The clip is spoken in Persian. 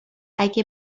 اگه